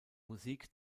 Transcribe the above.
musik